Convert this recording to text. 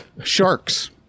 sharks